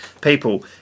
people